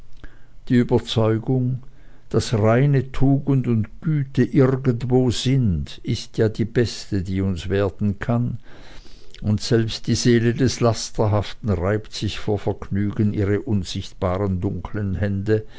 die überzeugung daß reine tugend und güte irgendwo sind ist ja die beste die uns werden kann und selbst die seele des lasterhaften reibt sich vor vergnügen ihre unsichtbaren dunklen hände